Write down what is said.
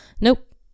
Nope